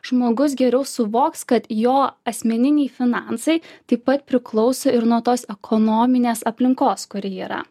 žmogus geriau suvoks kad jo asmeniniai finansai taip pat priklauso ir nuo tos ekonominės aplinkos kuri yra